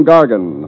Gargan